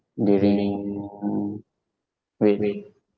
during wait